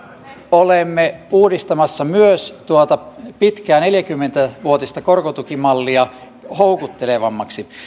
olemme uudistamassa myös tuota pitkää neljäkymmentä vuotista korkotukimallia houkuttelevammaksi